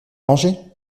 rangé